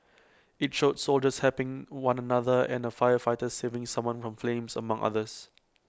IT showed soldiers helping one another and A firefighter saving someone from flames among others